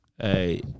Hey